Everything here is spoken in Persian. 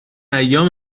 ایام